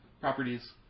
properties